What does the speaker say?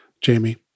Jamie